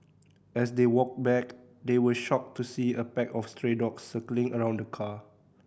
as they walked back they were shocked to see a pack of stray dogs circling around the car